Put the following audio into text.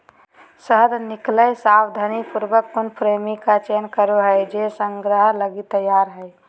शहद निकलैय सावधानीपूर्वक उन फ्रेमों का चयन करो हइ जे संग्रह लगी तैयार हइ